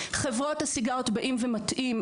חברות הסיגריות באים ומטעים,